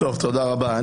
תודה רבה.